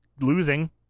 Losing